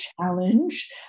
challenge